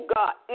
God